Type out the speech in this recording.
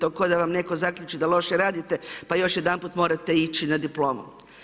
To kao da vam netko zaključi da loše radite, pa još jedanput morate ići na diplomu.